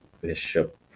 bishop